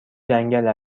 جنگل